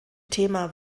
thema